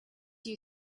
you